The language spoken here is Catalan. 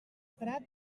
prat